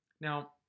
Now